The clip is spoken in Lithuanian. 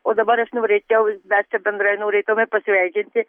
o dabar aš norėčiau dar čia bendrai norėtume pasveikinti